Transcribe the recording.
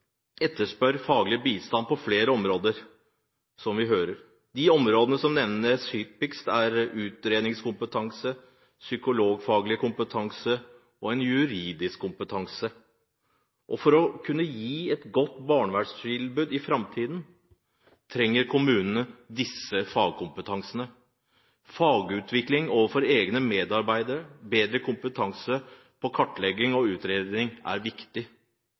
etterspør faglig bistand på flere områder, som vi hører. De områdene som nevnes hyppigst, er utredningskompetanse, psykologfaglig kompetanse og juridisk kompetanse. For å kunne gi et godt barnevernstilbud i framtiden trenger kommunene disse fagkompetansene. Fagutvikling overfor egne medarbeidere og bedre kompetanse innen kartlegging og utredning er viktig.